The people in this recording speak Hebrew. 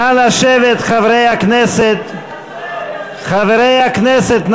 נא לשבת, חברי הכנסת.